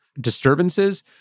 disturbances